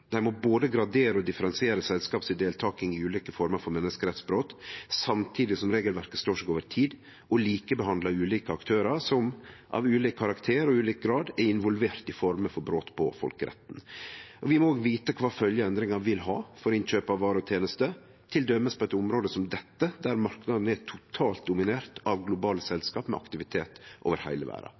Dei må både gradere og differensiere selskap si deltaking i ulike formar for menneskerettsbrot, samtidig som regelverket må kunne stå seg over tid og likebehandle ulike aktørar som av ulik karakter og i ulik grad er involvert i former for brot på folkeretten. Vi må også vite kva følgjer endringar vil ha for innkjøp av varer og tenester, til dømes på eit område som dette, der marknaden er totalt dominert av globale selskap med aktivitet over heile verda.